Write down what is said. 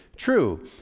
True